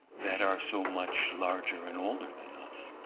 that are so much larger and older than us.